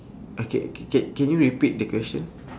okay c~ can can you repeat the question